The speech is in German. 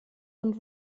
und